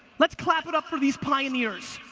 let's clap it up for these pioneers.